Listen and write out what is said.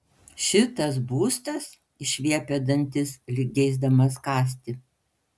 šitas būstas išviepia dantis lyg geisdamas kąsti